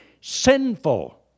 sinful